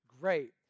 great